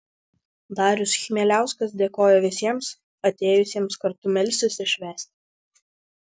darius chmieliauskas dėkojo visiems atėjusiems kartu melstis ir švęsti